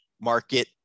market